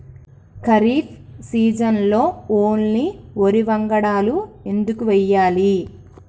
ఖరీఫ్ సీజన్లో ఓన్లీ వరి వంగడాలు ఎందుకు వేయాలి?